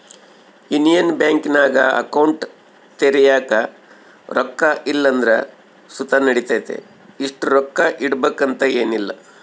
union ಬ್ಯಾಂಕಿನಾಗ account ತೆರ್ಯಾಕ ರೊಕ್ಕ ಇಲ್ಲಂದ್ರ ಸುತ ನಡಿತತೆ, ಇಷ್ಟು ರೊಕ್ಕ ಇಡುಬಕಂತ ಏನಿಲ್ಲ